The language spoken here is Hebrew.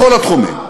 בכל התחומים,